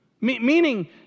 meaning